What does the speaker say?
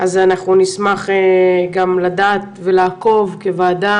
אז אנחנו נשמח גם לדעת ולעקוב כוועדה,